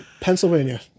Pennsylvania